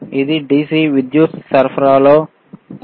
ఇది DC విద్యుత్ సరఫరాలో ఉందా